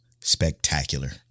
spectacular